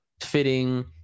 fitting